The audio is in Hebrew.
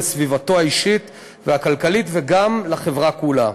לסביבתו האישית והכלכלית ולחברה כולה.